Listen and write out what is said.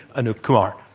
anoop kumar.